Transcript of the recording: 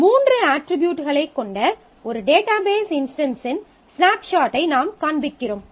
மூன்று அட்ரிபியூட்களைக் கொண்ட ஒரு டேட்டாபேஸ் இன்ஸ்டன்ஸின் ஸ்னாப்ஷாட்டை நாம் காண்பிக்கிறோம்